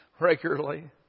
regularly